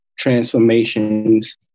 transformations